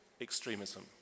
extremism